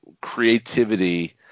creativity